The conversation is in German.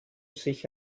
sich